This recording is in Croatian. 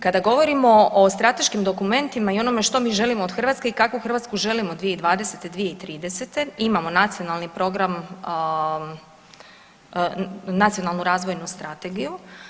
Kada govorimo o strateškim dokumentima i onome što mi želimo od Hrvatske i kakvu Hrvatsku želimo 2020. - 2030. imamo Nacionalni program, nacionalnu razvojnu strategiju.